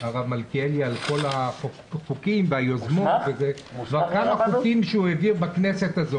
הרב מלכיאלי על כל החוקים והיוזמות שהוא העביר בכנסת הזאת.